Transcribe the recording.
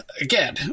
again